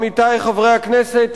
עמיתי חברי הכנסת,